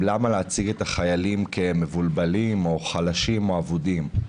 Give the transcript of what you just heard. למה להציג את החיילים כמבולבלים או חלשים או אבודים?